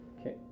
Okay